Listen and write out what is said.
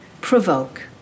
Provoke